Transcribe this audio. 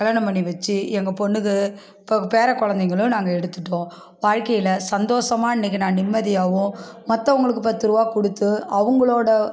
கல்யாணம் பண்ணி வச்சு எங்கள் பொண்ணுக்கு இப்போ பேர குழந்தைங்களும் நாங்கள் எடுத்துகிட்டோம் வாழ்க்கையில் சந்தோஷமாக இன்றைக்கி நான் நிம்மதியாகவும் மற்றவங்களுக்கு பத்ருபா கொடுத்து அவங்களோட